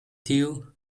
tiu